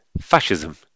Fascism